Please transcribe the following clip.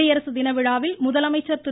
குடியரசு தின விழாவில் முதலமைச்சர் திரு